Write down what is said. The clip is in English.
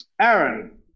Aaron